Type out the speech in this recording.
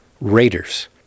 Raiders